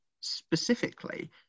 specifically